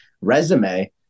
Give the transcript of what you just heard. resume